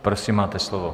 Prosím, máte slovo.